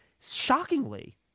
Shockingly